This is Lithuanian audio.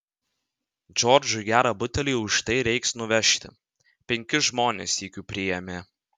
džordžui gerą butelį už tai reiks nuvežti penkis žmones sykiu priėmė